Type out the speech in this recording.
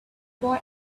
boy